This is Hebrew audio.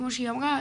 כמו שהיא אמרה,